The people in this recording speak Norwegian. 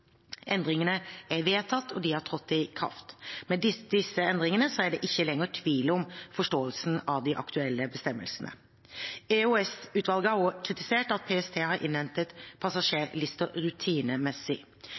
Endringene er vedtatt og har trådt i kraft. Med disse endringene er det ikke lenger tvil om forståelsen av de aktuelle bestemmelsene. EOS-utvalget har også kritisert at PST har innhentet